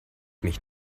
mich